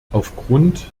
aufgrund